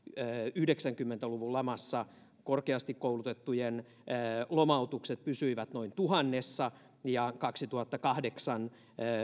yhdeksänkymmentä luvun lamassa korkeasti koulutettujen lomautukset pysyivät noin tuhannessa ja kaksituhattakahdeksan